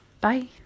Bye